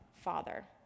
Father